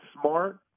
smart